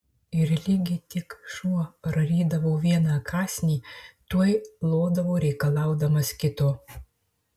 ir ligi tik šuo prarydavo vieną kąsnį tuoj lodavo reikalaudamas kito